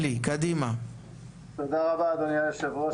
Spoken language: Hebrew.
תודה רבה אדוני יושב הראש,